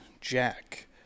Jack